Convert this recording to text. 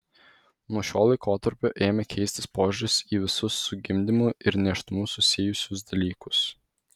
nuo šio laikotarpio ėmė keistis požiūris į visus su gimdymu ir nėštumu susijusius dalykus